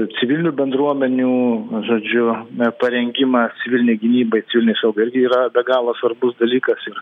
civilinių bendruomenių žodžiu n parengimą civilinei gynybai civilinei saugai irgi yra be galo svarbus dalykas ir